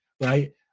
right